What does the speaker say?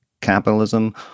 capitalism